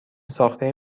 ساخته